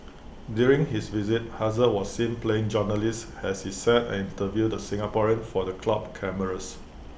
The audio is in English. during his visit hazard was seen playing journalist as he sat and interviewed the Singaporean for the club cameras